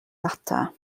ddata